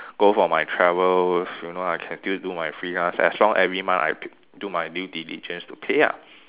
go for my travels you know I still can do my freelance as long every month I p~ do my due diligence to pay ah